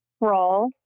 roll